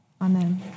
Amen